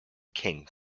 king